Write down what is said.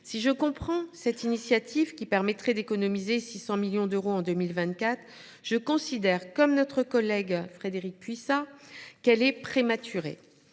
Si je comprends cette initiative, qui permettrait d’économiser 600 millions d’euros en 2024, je considère, comme notre collègue Frédérique Puissat, qu’elle est prématurée.